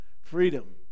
freedom